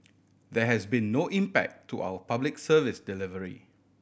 there has been no impact to our Public Service delivery